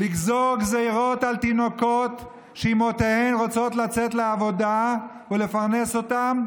לגזור גזרות על תינוקות שאימותיהם רוצות לצאת לעבודה ולפרנס אותם,